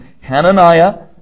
Hananiah